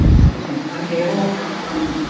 excuse me. unable or un um